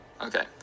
okay